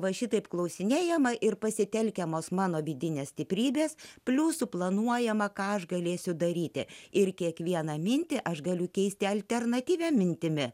va šitaip klausinėjama ir pasitelkiamos mano vidinės stiprybės pliusų planuojama ką aš galėsiu daryti ir kiekvieną mintį aš galiu keisti alternatyvia mintimi